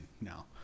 now